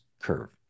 curve